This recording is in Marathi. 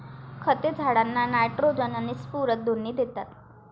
खते झाडांना नायट्रोजन आणि स्फुरद दोन्ही देतात